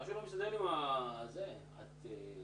אני שמח ששר האוצר הבין את הטענה שהעליתי לפניו שלא